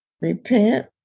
Repent